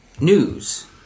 news